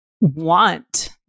want